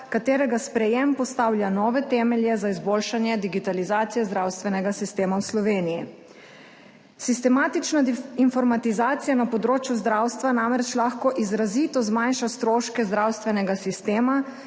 katerega sprejem postavlja nove temelje za izboljšanje digitalizacije zdravstvenega sistema v Sloveniji. Sistematična informatizacija na področju zdravstva namreč lahko izrazito zmanjša stroške zdravstvenega sistema